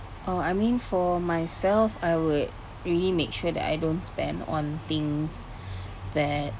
oh I mean for myself I would really make sure that I don't spend on things that